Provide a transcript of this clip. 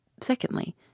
secondly